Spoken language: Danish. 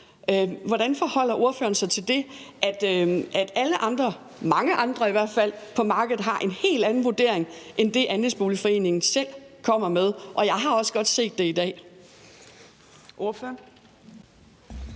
Hvordan forholder ordføreren sig til, at i hvert fald mange andre på markedet har en helt anden vurdering end den, ABF selv kommer med – og jeg har også godt se det i dag.